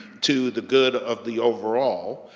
to the good of the overall,